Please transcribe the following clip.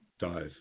dive